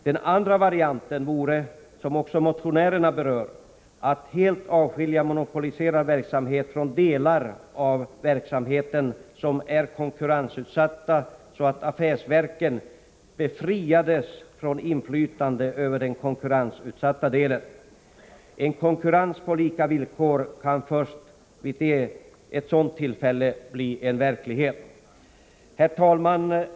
Den andra varianten vore — det berör också motionärerna — att helt avskilja monopoliserad verksamhet från de delar av verksamheten som är konkurrensutsatta, så att affärsverken befriades från inflytande över den konkurrensutsatta delen. En konkurrens på lika villkor kan först då bli verklighet. Herr talman!